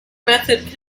method